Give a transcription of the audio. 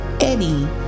Eddie